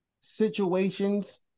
situations